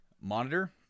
monitor